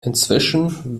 inzwischen